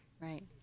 Right